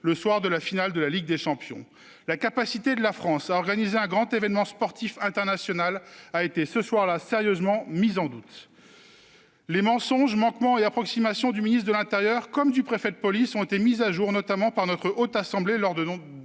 le soir de la finale de la Ligue des champions. La capacité de la France à organiser un grand événement sportif international a été, ce soir-là, sérieusement mise en doute. Les mensonges, manquements et approximations du ministre de l'intérieur comme du préfet de police ont été mis au jour, notamment par notre Haute Assemblée, lors de